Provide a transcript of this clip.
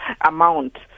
amount